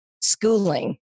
schooling